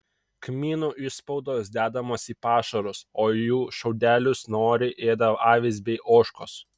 kmynų išspaudos dedamos į pašarus o jų šiaudelius noriai ėda avys bei ožkos